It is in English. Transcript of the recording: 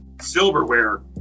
Silverware